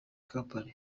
company